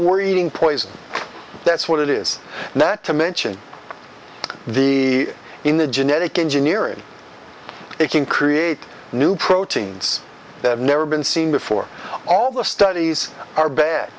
were eating poison that's what it is not to mention the in the genetic engineering it can create new proteins that have never been seen before all the studies are bad